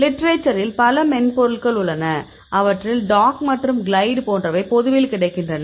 லிட்டரேச்சரில் பல மென்பொருள்கள் உள்ளன அவற்றில் டாக் மற்றும் கிளைட் போன்றவை பொதுவில் கிடைக்கின்றன